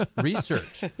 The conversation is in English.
research